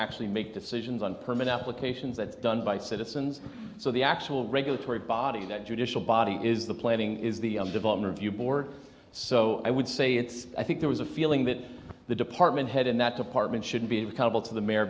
actually make decisions on permit applications that's done by citizens so the actual regulatory body that judicial body is the planning is the development of you bore so i would say it's i think there was a feeling that the department head in that department should be accountable to the mayor